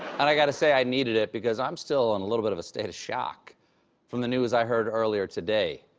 and i gotta say i needed it because i'm still in a little bit of a state of shock from the news i heard earlier today.